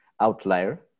outlier